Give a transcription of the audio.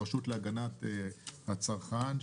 הרשות להגנת הצרכן,